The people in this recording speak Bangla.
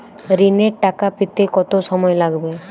ঋণের টাকা পেতে কত সময় লাগবে?